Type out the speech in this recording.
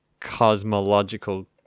cosmological